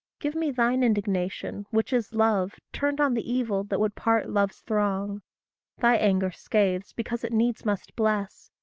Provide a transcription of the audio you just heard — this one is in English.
give me thine indignation which is love turned on the evil that would part love's throng thy anger scathes because it needs must bless,